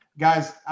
Guys